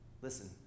Listen